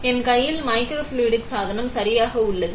எனவே என் கையில் மைக்ரோஃப்ளூய்டிக் சாதனம் சரியாக உள்ளது